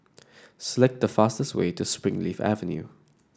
select the fastest way to Springleaf Avenue